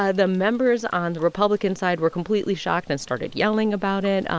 ah the members on the republican side were completely shocked and started yelling about it.